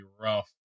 rough